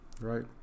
Right